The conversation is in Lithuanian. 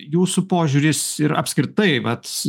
jūsų požiūris ir apskritai vat